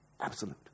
Absolute